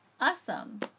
Awesome